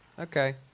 Okay